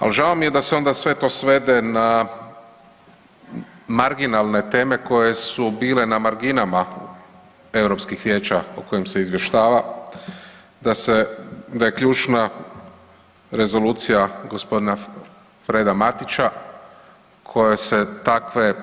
Al žao mi je da se onda sve to svede na marginalne teme koje su bile na marginama Europskih vijeća o kojim se izvještava, da je ključna rezolucija g. Freda Matića koje se takve